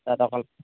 তাত অকল